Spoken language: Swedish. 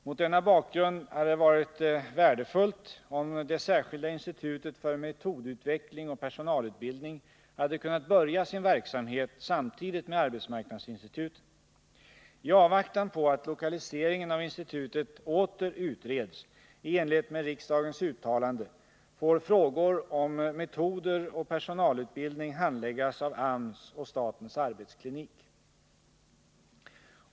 Mot denna bakgrund hade det varit värdefullt om det särskilda institutet för metodutveckling och personalutbildning hade kunnat börja sin verksamhet samtidigt med arbetsmarknadsinstituten. I avvaktan på att lokaliseringen av institutet åter utreds, i enlighet med riksdagens uttalande, får frågor om metoder och personalutbildning handläggas av AMS och statens arbetsklinik.